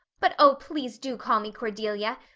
but, oh, please do call me cordelia.